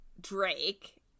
drake